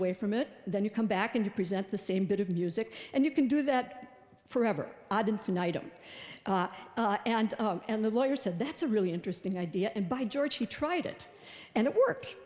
away from it then you come back in to present the same bit of music and you can do that forever odd infinitum and and the lawyer said that's a really interesting idea and by george she tried it and it work